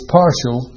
partial